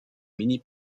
mini